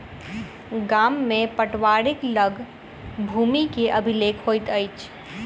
गाम में पटवारीक लग भूमि के अभिलेख होइत अछि